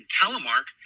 telemark